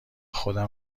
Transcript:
خودم